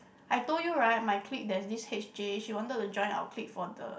I told you right my clique there's this H_J she wanted to join our clique for the